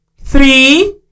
three